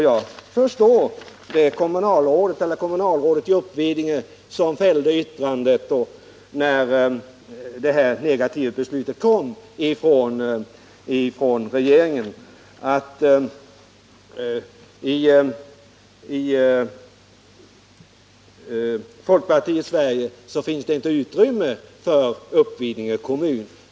Jag förstår det kommunalråd i Uppvidinge kommun som, när det här negativa beslutet kom från regeringen, fällde yttrandet: I folkpartiets Sverige finns det inte utrymme för Uppvidinge kommun.